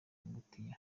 ingutiya